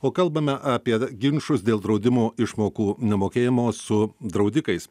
o kalbame apie ginčus dėl draudimo išmokų nemokėjimo su draudikais